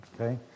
Okay